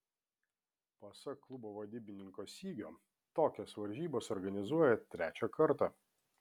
pasak klubo vadybininko sigio tokias varžybas organizuoja trečią kartą